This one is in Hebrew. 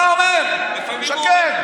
אתה אומר: הוא משקר.